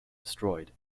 destroyed